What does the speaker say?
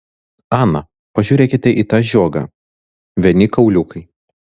ana pažiūrėkite į tą žiogą vieni kauliukai